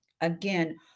Again